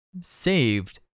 saved